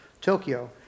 Tokyo